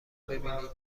ببینید